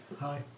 Hi